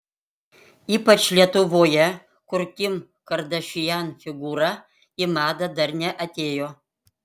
ypač lietuvoje kur kim kardashian figūra į madą dar neatėjo